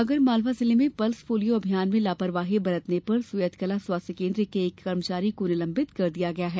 आगर मालवा जिले में पल्स पोलियो अभियान में लापरवाही बरतने पर सोयतकलां स्वाथ्य केन्द्र के एक कर्मचारी को निलंबित कर दिया गया है